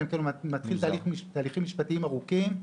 אלא אם כן הוא מתחיל תהליכים משפטיים ארוכים.